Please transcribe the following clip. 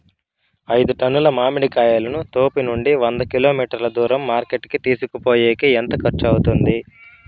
ఐదు టన్నుల మామిడి కాయలను తోపునుండి వంద కిలోమీటర్లు దూరం మార్కెట్ కి తీసుకొనిపోయేకి ఎంత ఖర్చు అవుతుంది?